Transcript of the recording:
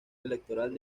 electoral